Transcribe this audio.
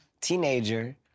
teenager